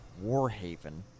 Warhaven